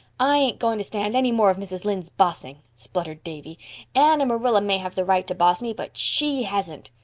i ain't going to stand any more of mrs. lynde's bossing, spluttered davy. anne and marilla may have the right to boss me, but she hasn't.